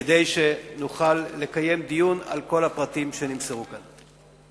כדי שנוכל לקיים דיון על כל הפרטים שנמסרו כאן.